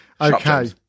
Okay